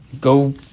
Go –